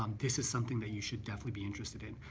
um this is something that you should definitely be interested in.